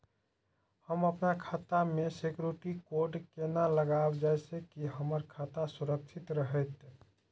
हम अपन खाता में सिक्युरिटी कोड केना लगाव जैसे के हमर खाता सुरक्षित रहैत?